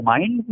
Mind